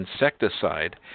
insecticide